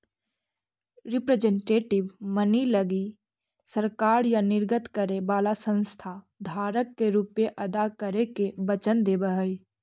representative money लगी सरकार या निर्गत करे वाला संस्था धारक के रुपए अदा करे के वचन देवऽ हई